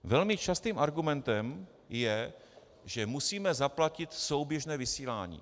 Velmi častým argumentem je, že musíme zaplatit souběžné vysílání.